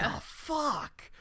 fuck